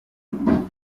umuyobozi